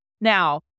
Now